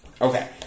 Okay